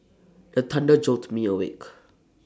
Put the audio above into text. the thunder jolt me awake